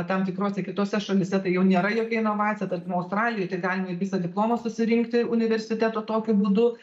tam tikrose kitose šalyse tai jau nėra jokia inovacija tarkim australijoj taip galima ir visą diplomą susirinkti universiteto tokiu būdu